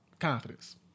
Confidence